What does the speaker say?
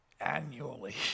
annually